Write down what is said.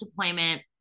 deployment